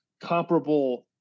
comparable